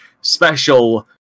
special